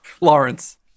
Lawrence